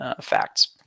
facts